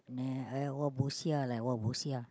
nah I what bosiah like what bosiah